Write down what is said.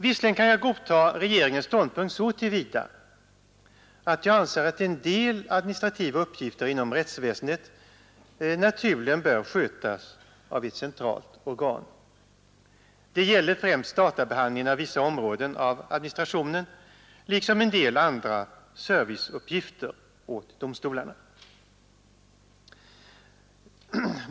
Visserligen kan jag godta regeringens ståndpunkt så till vida att jag anser att en del administrativa uppgifter inom rättsväsendet naturligen bör skötas av ett centralt organ. Det gäller främst databehandlingen av vissa områden av administrationen liksom en del andra serviceuppgifter åt domstolarna.